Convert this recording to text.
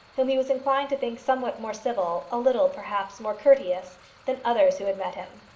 whom he was inclined to think somewhat more civil a little, perhaps, more courteous than others who had met him.